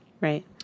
right